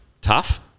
tough